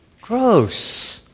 Gross